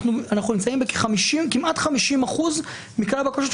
כמעט 50% מכלל הבקשות,